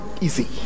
easy